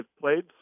played